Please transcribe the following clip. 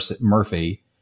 Murphy